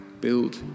Build